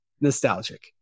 nostalgic